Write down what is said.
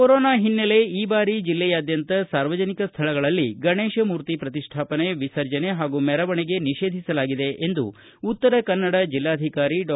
corona ಹಿನ್ನೆಲೆ ಈ ಬಾರಿ ಜಿಲ್ಲೆಯಾದ್ದಂತ ಸಾರ್ವಜನಿಕ ಸ್ವಳಗಳಲ್ಲಿ ಗಣೇಶಮೂರ್ತಿ ಪ್ರತಿಷ್ಠಾಪನೆ ವಿಸರ್ಜನೆ ಹಾಗೂ ಮೆರವಣಿಗೆ ನಿಷೇಧಿಸಲಾಗಿದೆ ಎಂದು ಉತ್ತರಕನ್ನಡ ಜಿಲ್ಲಾಧಿಕಾರಿ ಡಾ